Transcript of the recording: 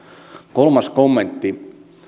kolmas kommentti